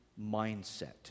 mindset